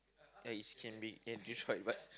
ya it's can be can destroyed but